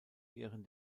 ehren